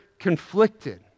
conflicted